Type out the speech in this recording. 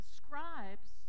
scribes